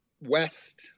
west